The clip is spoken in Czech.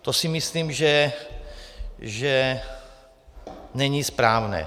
To si myslím, že není správné.